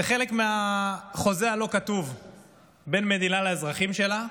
זה חלק מהחוזה הלא-כתוב בין מדינה לאזרחים שלה.